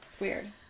Weird